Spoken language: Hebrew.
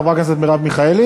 חברת הכנסת מרב מיכאלי?